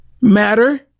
matter